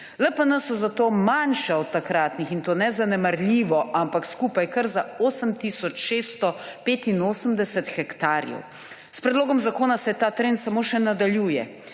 LPN so zato manjši od takratnih, in to ne zanemarljivo, ampak skupaj kar za 8685 hektarjev. S predlogom zakona se ta trend samo še nadaljuje.